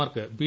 mark B